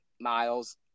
miles